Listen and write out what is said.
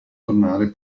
tornare